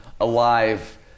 alive